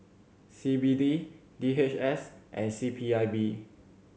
C B D D H S and C P I B